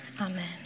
amen